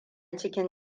cikin